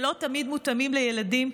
שלא תמיד מותאמים לילדים,